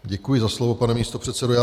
Děkuji za slovo, pane místopředsedo.